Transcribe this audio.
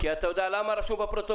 כי אתה יודע למה רשום בפרוטוקול?